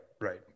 right